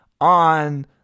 on